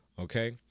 Okay